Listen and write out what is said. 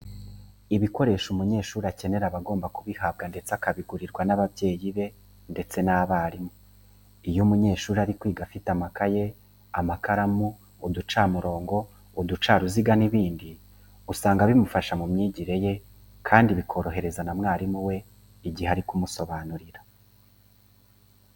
Ibikoresho umunyeshuri akenera aba agomba kubihabwa ndetse akabigurirwa n'ababyeyi be ndetse n'abarimu. Iyo umunyeshuri ari kwiga afite amakayi, amakaramu, uducamurongo, uducaruziga n'ibindi usanga bimufasha mu myigire ye kandi bikorohereza na mwarimu we igihe ari kumusobanurira.